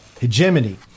hegemony